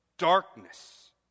Darkness